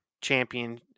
champion